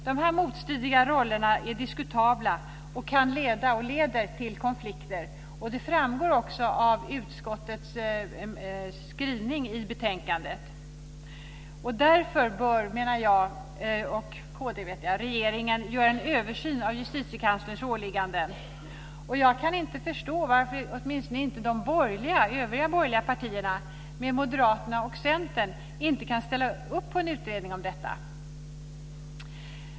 Dessa motstridiga roller är diskutabla och leder till konflikter, vilket också framgår av utskottsmajoritetens skrivning i betänkandet. Därför bör, menar jag och kristdemokraterna, regeringen göra en översyn av Justitiekanslerns åligganden. Jag kan inte förstå varför inte åtminstone de övriga borgerliga partierna, moderaterna och Centern, kan ställa upp på en utredning om detta.